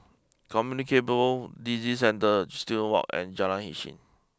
Communicable Disease Centre Student walk and Jalan Isnin